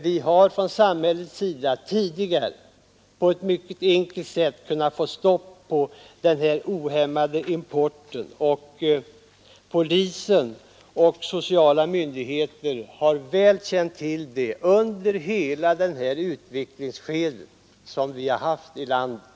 Vi har från samhällets sida tidigare på ett mycket enkelt sätt kunnat stoppa den ohämmade importen, och polisen och sociala myndigheter har mycket väl känt till det under hela detta utvecklingsskede här i landet.